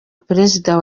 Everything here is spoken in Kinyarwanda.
perezida